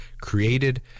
created